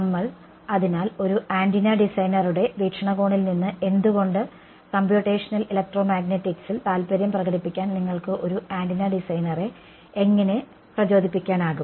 നമ്മൾ അതിനാൽ ഒരു ആന്റിന ഡിസൈനറുടെ വീക്ഷണകോണിൽ നിന്ന് എന്തുകൊണ്ട് കമ്പ്യൂട്ടേഷണൽ ഇലക്ട്രോമാഗ്നെറ്റിക്സിൽ താൽപ്പര്യം പ്രകടിപ്പിക്കാൻ നിങ്ങൾക്ക് ഒരു ആന്റിന ഡിസൈനറെ എങ്ങനെ പ്രചോദിപ്പിക്കാനാകും